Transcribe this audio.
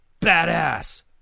badass